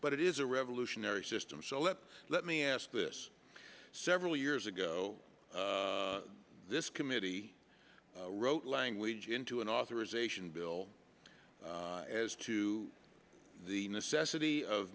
but it is a revolutionary system so let let me ask this several years ago this committee wrote language into an authorization bill as to the necessity of